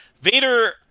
Vader